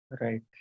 Right